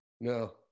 No